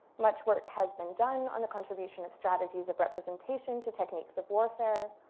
much work has been done on the contribution of strategies of representation to techniques of warfare.